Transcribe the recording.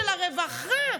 של הרווחה,